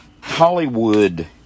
Hollywood